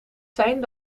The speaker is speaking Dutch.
zijn